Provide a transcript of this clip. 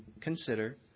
consider